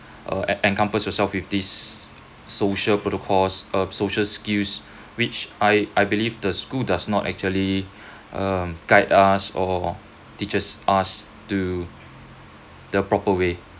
err e~ encompass yourself with this social protocols uh social skills which I I believe the school does not actually uh guide us or teaches us to the proper way